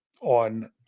on